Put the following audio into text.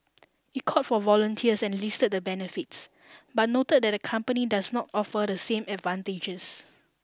it called for volunteers and listed the benefits but noted that the company does not offer the same advantages